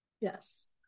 Yes